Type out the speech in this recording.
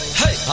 hey